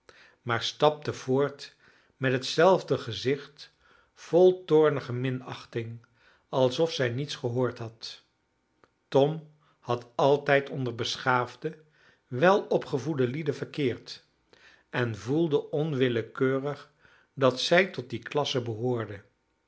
maar stapte voort met hetzelfde gezicht vol toornige minachting alsof zij niets gehoord had tom had altijd onder beschaafde welopgevoede lieden verkeerd en voelde onwillekeurig dat zij tot die klasse behoorde